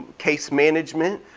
case management.